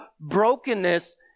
brokenness